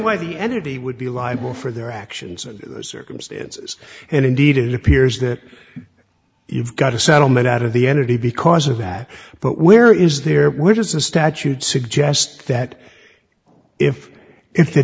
why the entity would be liable for their actions and circumstances and indeed it appears that you've got a settlement out of the energy because of that but where is there which is a statute suggest that if if the